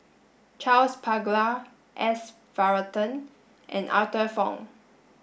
Charles Paglar S Varathan and Arthur Fong